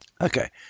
Okay